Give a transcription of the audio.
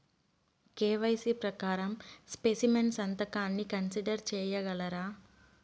KYC ప్రకారం specimen సంతకాన్ని consider సేయగలరా?